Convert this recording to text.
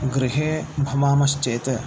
गृहे भवामश्चेत्